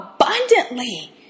abundantly